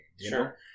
Sure